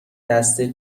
دسته